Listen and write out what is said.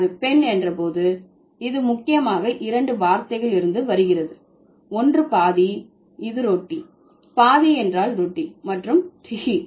அது பெண் என்ற போது இது முக்கியமாக இரண்டு வார்த்தைகள் இருந்து வருகிறது ஒன்று பாதி இது ரொட்டி பாதி என்றால் ரொட்டி மற்றும் டிஃஹீ